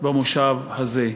במושב הזה.